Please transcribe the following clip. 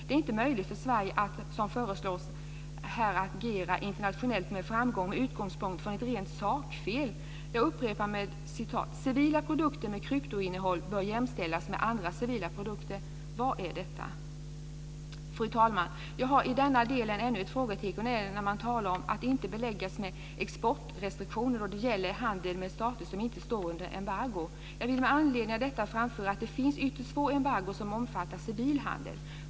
Det är inte möjligt för Sverige att, som föreslås, här agera internationellt med framgång med utgångspunkt i ett rent sakfel. Jag upprepar: "- civila produkter med kryptoinnehåll bör jämställas med andra civila produkter." Vad är detta? Fru talman! Jag har i denna del ännu ett frågetecken, och det är när man talar om "- och inte beläggas med exportrestriktioner då det gäller handel med stater som inte står under embargo". Jag vill med anledning av detta framföra att det finns ytterst få embargon som omfattar civil handel.